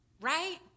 right